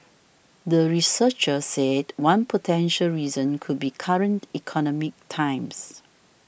the researchers said one potential reason could be current economic times